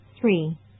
three